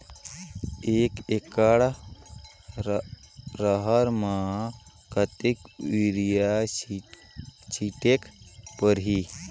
एक एकड रहर म कतेक युरिया छीटेक परही?